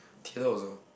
Kilor also